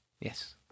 Yes